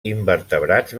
invertebrats